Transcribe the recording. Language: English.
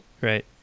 Right